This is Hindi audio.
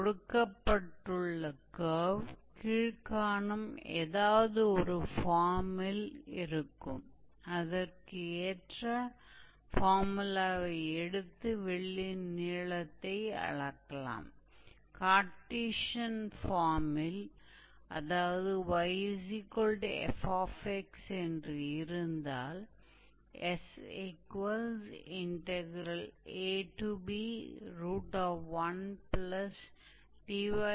तो पहले हमने दो बिंदुओं के बीच के एरिया की गणना की अब हम उस आर्क की लंबाई की गणना कर रहे हैं जो वास्तव में दो बिंदुओं के बीच है